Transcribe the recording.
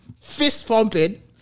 fist-pumping